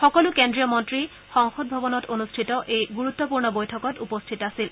সকলো কেন্দ্ৰীয় মন্ত্ৰীকে সংসদ ভৱনত হবলগীয়া এই গুৰুত্বপূৰ্ণ বৈঠকত উপস্থিত থাকে